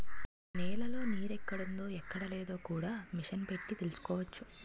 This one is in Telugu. నేలలో నీరెక్కడుందో ఎక్కడలేదో కూడా మిసనెట్టి తెలుసుకోవచ్చు